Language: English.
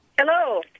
Hello